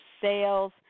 sales